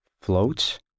floats